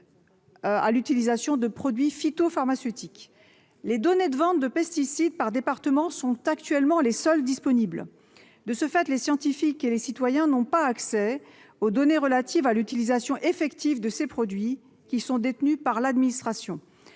à l'utilisation de produits phytopharmaceutiques. Les données de ventes de pesticides par département sont actuellement les seules disponibles. De ce fait, les scientifiques et les citoyens n'ont pas accès aux données relatives à l'utilisation effective de ces produits qui sont détenues par l'administration.